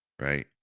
right